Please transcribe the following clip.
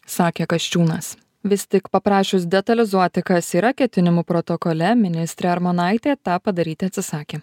sakė kasčiūnas vis tik paprašius detalizuoti kas yra ketinimų protokole ministrė armonaitė tą padaryti atsisakė